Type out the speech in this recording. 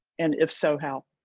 and if so how?